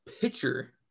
pitcher